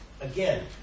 Again